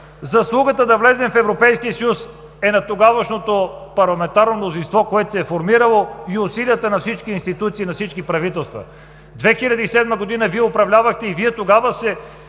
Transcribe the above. Заслугата да влезем в Европейския съюз 2007 г. е на тогавашното парламентарно мнозинство, което се е формирало, и усилията на всички институции, на всички правителства. Вие управлявахте 2007 г. и тогава се